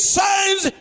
signs